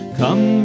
come